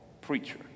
preacher